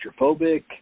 claustrophobic